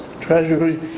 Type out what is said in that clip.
Treasury